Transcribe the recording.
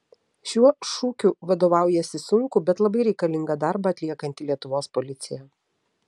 šiuo šūkiu vadovaujasi sunkų bet labai reikalingą darbą atliekanti lietuvos policija